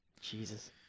Jesus